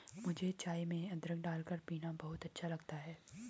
मुझे चाय में अदरक डालकर पीना बहुत अच्छा लगता है